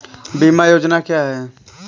बीमा योजना क्या है?